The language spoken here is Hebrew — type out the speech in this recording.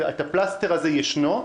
הפלסטר הזה ישנו,